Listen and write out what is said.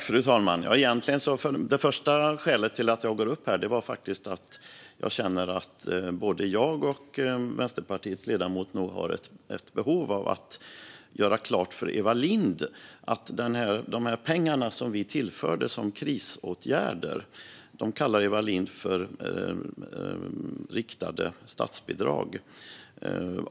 Fru talman! Det första skälet till att jag begärde replik är att jag känner att både jag och Vänsterpartiets ledamot nog har ett behov av att göra klart vissa saker för Eva Lindh. De pengar som vi tillförde för krisåtgärder kallar Eva Lindh för riktade statsbidrag.